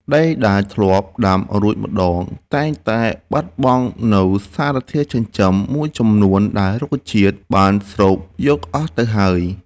ដីដែលធ្លាប់ដាំរួចម្តងតែងតែបាត់បង់នូវសារធាតុចិញ្ចឹមមួយចំនួនដែលរុក្ខជាតិបានស្រូបយកអស់ទៅហើយ។